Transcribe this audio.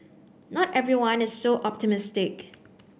not everyone is so optimistic